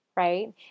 Right